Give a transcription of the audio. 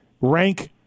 rank